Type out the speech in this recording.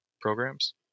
programs